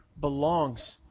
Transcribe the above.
belongs